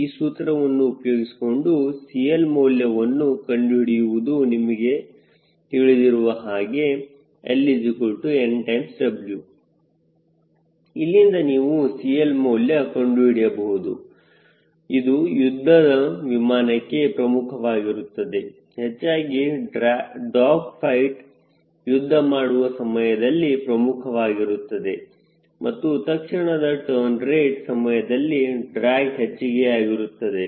ಈ ಸೂತ್ರವನ್ನು ಉಪಯೋಗಿಸಿಕೊಂಡು CL ಮೌಲ್ಯವನ್ನು ಕಂಡುಹಿಡಿಯುವುದು ನಿಮಗೆ ತಿಳಿದಿರುವ ಹಾಗೆ 𝐿 𝑛𝑊 ಇಲ್ಲಿಂದ ನೀವು CL ಮೌಲ್ಯ ಕಂಡುಹಿಡಿಯಬಹುದು ಇದು ಯುದ್ಧದ ವಿಮಾನಕ್ಕೆ ಪ್ರಮುಖವಾಗಿರುತ್ತದೆ ಹೆಚ್ಚಾಗಿ ಡಾಗ್ ಫೈಟ್ ಯುದ್ಧ ಮಾಡುವ ಸಮಯದಲ್ಲಿ ಪ್ರಮುಖವಾಗಿರುತ್ತದೆ ಮತ್ತು ತಕ್ಷಣದ ಟರ್ನ್ ರೇಟ್ ಸಮಯದಲ್ಲಿ ಡ್ರ್ಯಾಗ್ ಹೆಚ್ಚಿಗೆಯಾಗುತ್ತದೆ